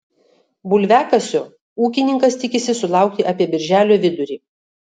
bulviakasio ūkininkas tikisi sulaukti apie birželio vidurį